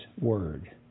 word